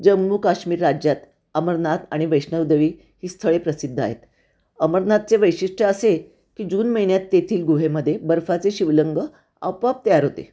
जम्मू काश्मीर राज्यात अमरनाथ आणि वैष्णवदेवी ही स्थळे प्रसिद्ध आहेत अमरनाथचे वैशिष्ट्य असे की जून महिन्यात तेथील गुहेमध्ये बर्फाचे शिवलंग आपोआप तयार होते